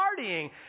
partying